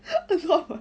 a lot